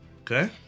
Okay